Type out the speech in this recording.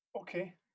okay